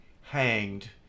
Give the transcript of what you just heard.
hanged